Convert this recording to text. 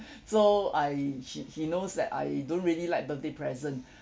so I he he knows that I don't really like birthday present